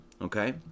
okay